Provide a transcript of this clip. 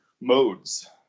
modes